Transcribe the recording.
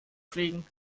fliegen